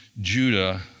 Judah